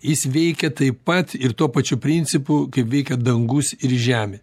jis veikia taip pat ir tuo pačiu principu veikia dangus ir žemė